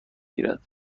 گیرد